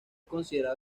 considerado